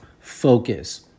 focus